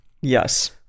yes